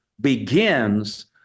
begins